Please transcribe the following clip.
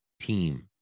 team